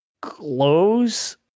glows